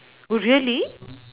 oh really